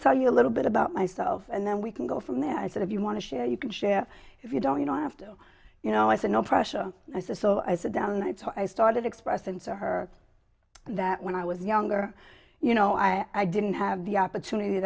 to tell you a little bit about myself and then we can go from there i said if you want to share you can share if you don't you know i have to you know i said no pressure i said so i sat down night so i started expressing to her that when i was younger you know i i didn't have the opportunity